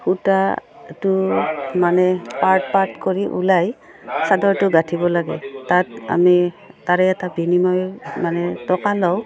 সূতাটো মানে part part কৰি ওলাই চাদৰটো গাঁঠিব লাগে তাত আমি তাৰে এটা বিনিময় মানে টকা লওঁ